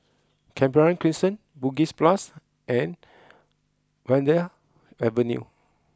Canberra Crescent Bugis and Vanda Avenue